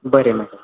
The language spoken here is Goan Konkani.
बरें मॅडम